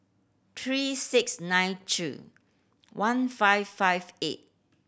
three six nine two one five five eight